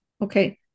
Okay